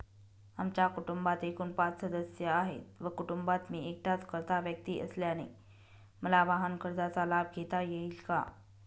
आमच्या कुटुंबात एकूण पाच सदस्य आहेत व कुटुंबात मी एकटाच कर्ता व्यक्ती असल्याने मला वाहनकर्जाचा लाभ घेता येईल का?